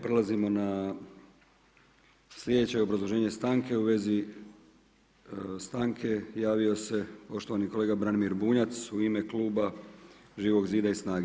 Prelazimo na sljedeće obrazloženje stanke u vezi stanke javio se poštovani kolega Branimir Bunjac u ime kluba Živog zida i SNAGA-e.